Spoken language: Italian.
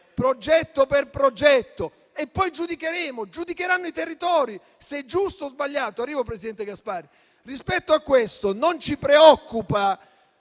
progetto per progetto e poi giudicheremo, giudicheranno i territori se è giusto o sbagliato. Rispetto a questo non ci preoccupa,